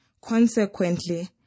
Consequently